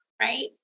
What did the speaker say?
right